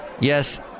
yes